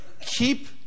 keep